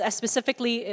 specifically